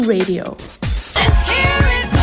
Radio